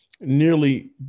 nearly